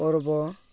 ପର୍ବ